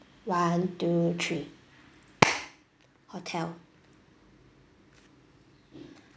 one two three hotel